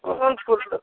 कोन फूल